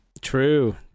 True